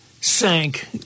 sank